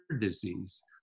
disease